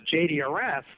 JDRF